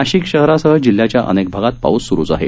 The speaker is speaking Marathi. नाशिक शहरासह जिल्ह्याच्या अनेक भागांत पाऊस सुरूच आहे